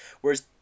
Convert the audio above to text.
whereas